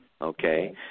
okay